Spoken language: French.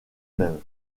même